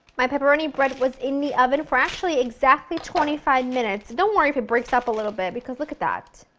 my pepperoni bread was in the oven for actually exactly twenty five minutes, don't worry if it breaks up a little bit, because look a that,